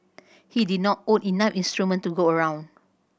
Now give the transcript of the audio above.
he did not own enough instruments to go around